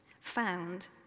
found